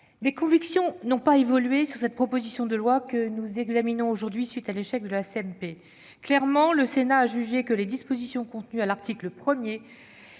Mes convictions n'ont pas évolué sur cette proposition de loi, que nous examinons aujourd'hui à la suite de l'échec de la commission mixte paritaire. Clairement, le Sénat a jugé que les dispositions contenues à l'article 1